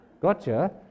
Gotcha